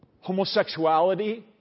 homosexuality